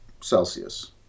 Celsius